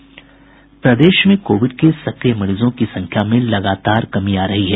प्रदेश में कोविड के सक्रिय मरीजों की संख्या में लगातार कमी आ रही है